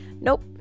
Nope